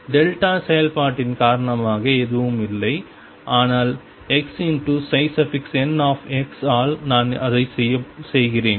delta செயல்பாட்டின் காரணமாக எதுவும் இல்லை ஆனால் xnx ஆனால் நான் அதை செய்கிறேன்